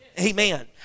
Amen